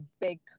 big